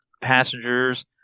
passengers